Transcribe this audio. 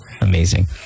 Amazing